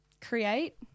create